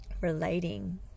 relating